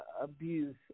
abuse